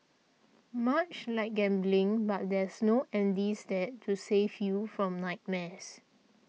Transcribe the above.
much like gambling but there's no Andy's Dad to save you from nightmares